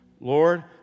Lord